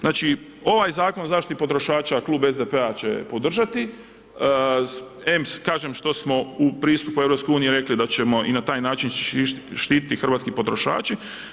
Znači, ovaj Zakon o zaštiti potrošača Klub SDP-a će podržati, em kažem što smo u pristupu EU rekli da ćemo i na taj način štititi hrvatske potrošače.